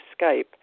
Skype